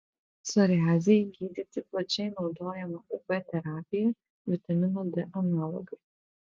psoriazei gydyti plačiai naudojama uv terapija vitamino d analogai